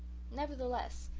nevertheless,